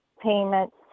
payments